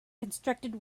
constructed